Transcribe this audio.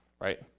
right